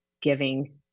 giving